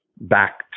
back